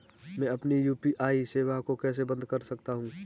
मैं अपनी यू.पी.आई सेवा को कैसे बंद कर सकता हूँ?